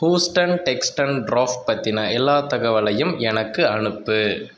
Houston Texan draft பற்றின எல்லா தகவலையும் எனக்கு அனுப்பு